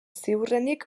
ziurrenik